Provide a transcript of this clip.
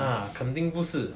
ah 肯定不是